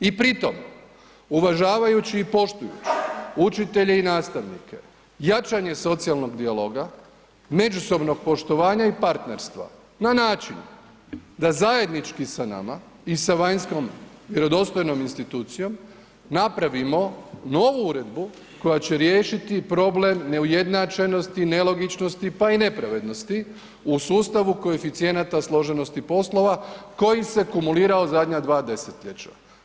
I pri tom uvažavajući i poštujući učitelje i nastavnike, jačanje socijalnog dijaloga, međusobnog poštovanja i partnerstva na način da zajednički sa nama i sa vanjskom vjerodostojnom institucijom napravimo novu uredbu koja će riješiti problem neujednačenosti, nelogičnosti, pa i nepravednosti u sustavu koeficijenata složenosti poslova koji se kumulirao zadnja 2 desetljeća.